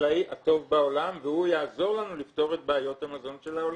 החקלאי הטוב בעולם והוא יעזור לנו לפתור את בעיות המזון של העולם.